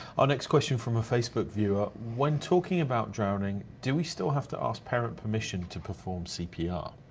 our next question from a facebook viewer. when talking about drowning do we still have to ask parent permission to perform cpr?